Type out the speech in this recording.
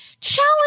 challenge